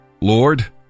Lord